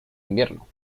invierno